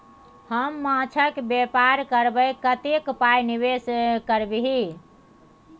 हम माछक बेपार करबै कतेक पाय निवेश करबिही?